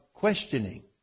Questioning